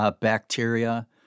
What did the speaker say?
bacteria